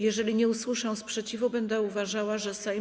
Jeżeli nie usłyszę sprzeciwu, będę uważała, że Sejm.